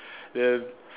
then